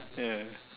ya